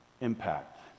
impact